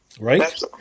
Right